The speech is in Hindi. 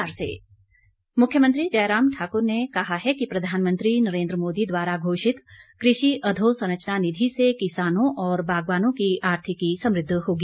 मुख्यमंत्री मुख्यमंत्री जयराम ठाकुर ने कहा है कि प्रधानमंत्री नरेन्द्र मोदी द्वारा घोषित कृषि अधोसंरचना निधि से किसानों और बागवानों की आर्थिकी समृद्ध होगी